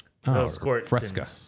Fresca